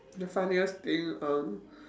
the funniest thing err